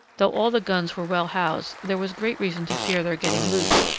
though all the guns were well housed, there was great reason to fear their getting loose,